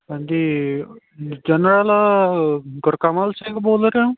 ਹਾਂਜੀ ਚਨਲ ਗੁਰਕਮਲ ਸਿੰਘ ਬੋਲਦੇ ਪਏ ਹੋ